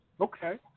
Okay